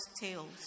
tales